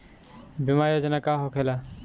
बीमा योजना का होखे ला?